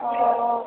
ओ